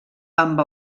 amb